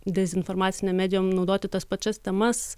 dezinformacinėm medijom naudoti tas pačias temas